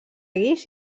guix